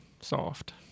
soft